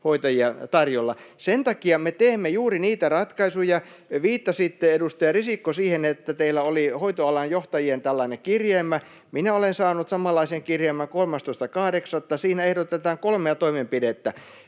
hoitajia tarjolla. Sen takia me teemme juuri niitä ratkaisuja. Viittasitte, edustaja Risikko, siihen, että teillä oli tällainen hoitoalan johtajien kirjelmä. Minä olen saanut samanlaisen kirjelmän 13.8. Siinä ehdotetaan kolmea toimenpidettä: